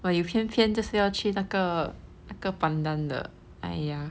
but you 偏偏就要去那个那个 pandan 的 !aiya!